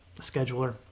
scheduler